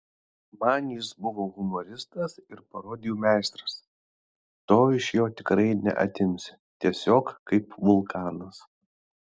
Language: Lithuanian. man jis buvo humoristas ir parodijų meistras to iš jo tikrai neatimsi tiesiog kaip vulkanas